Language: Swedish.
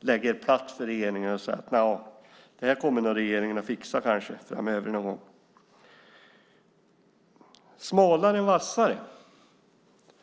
lägger er platt för regeringen och säger att det kommer nog regeringen att fixa framöver någon gång. Smalare och vassare.